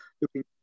looking